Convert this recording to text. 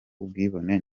ubwibone